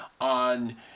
on